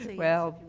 well,